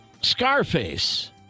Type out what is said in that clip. scarface